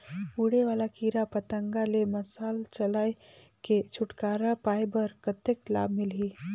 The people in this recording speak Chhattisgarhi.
उड़े वाला कीरा पतंगा ले मशाल जलाय के छुटकारा पाय बर कतेक लाभ मिलही?